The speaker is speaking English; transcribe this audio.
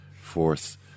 force